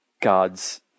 God's